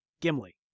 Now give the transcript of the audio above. Gimli